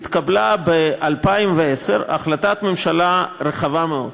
התקבלה ב-2010 החלטת ממשלה רחבה מאוד,